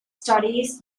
studies